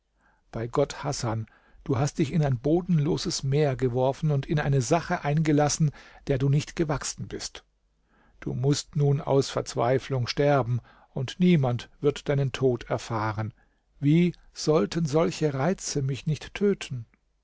bei gott hasan du hast dich in ein bodenloses meer geworfen und in eine sache eingelassen der du nicht gewachsen bist du mußt nun aus verzweiflung sterben und niemand wird deinen tod erfahren wie sollten solche reize mich nicht töten